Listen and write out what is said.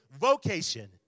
vocation